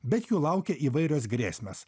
bet jų laukia įvairios grėsmės